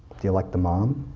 do you like the mom?